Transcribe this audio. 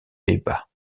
débats